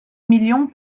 millions